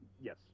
yes